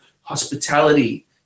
hospitality